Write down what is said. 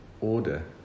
order